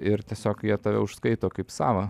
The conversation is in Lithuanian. ir tiesiog jie tave užskaito kaip savą